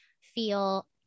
feel